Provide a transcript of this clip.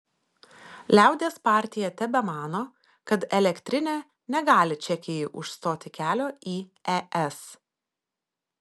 liaudies partija tebemano kad elektrinė negali čekijai užstoti kelio į es